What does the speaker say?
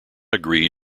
agree